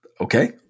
Okay